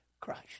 Christ